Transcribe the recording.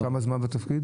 כמה זמן אתה בתפקיד?